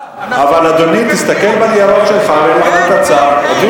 אין לנו את הצו,